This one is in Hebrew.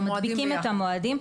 בדיוק, אנחנו מעתיקים את המועדים.